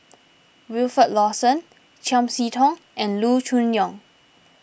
Wilfed Lawson Chiam See Tong and Loo Choon Yong